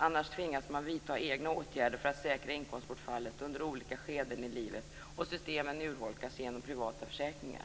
Annars tvingas man vidta egna åtgärder för att försäkra sig mot inkomstbortfall under olika skeden i livet, och systemen urholkas genom privata försäkringar.